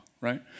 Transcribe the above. right